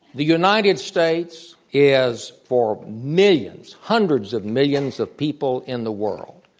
the united states is, for millions, hundreds of millions of people in the world,